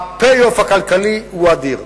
ה-payoff הכלכלי הוא אדיר,